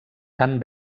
tant